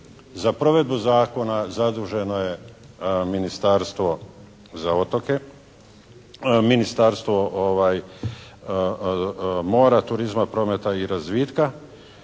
Za provedbu Zakona zaduženo je Ministarstvo za otoke, Ministarstvo mora, turizma, prometa i razvitka